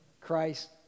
Christ